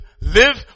live